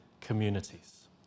communities